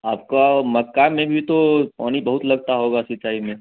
आपका मक्का में भी तो पानी बहुत लगता होगा सिंचाई में